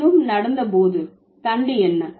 நடந்தும் நடந்தபோது தண்டு என்ன